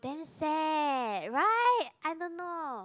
damn sad right I don't know